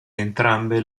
entrambe